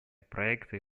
проекты